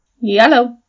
Yellow